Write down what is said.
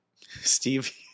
Steve